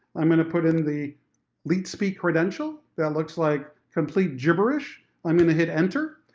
i'm gonna put in the leet-speak credential, that looks like complete gibberish. i'm gonna hit enter,